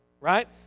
Right